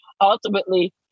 ultimately